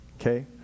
Okay